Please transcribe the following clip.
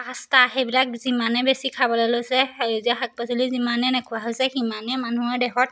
pasta সেইবিলাক যিমানে বেছি খাবলৈ লৈছে সেউজীয়া শাক পাচলি যিমানে নেখোৱা হৈছে সিমানেই মানুহৰ দেহত